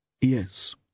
Yes